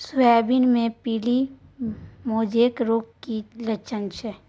Soybean मे पीली mosaic रोग के की लक्षण छीये?